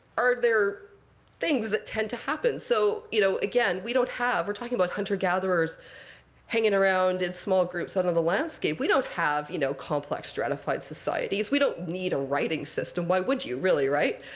are there things that tend to happen? so you know again, we don't have we're talking about hunter gatherers hanging around in small groups out on the landscape. we don't have you know complex stratified societies. we don't need a writing system. why would you, really, right?